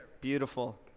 beautiful